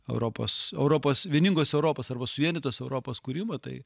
europos europos vieningos europos arba suvienytos europos kūrimą tai